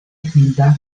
hilda